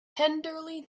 tenderly